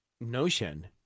notion